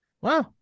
Wow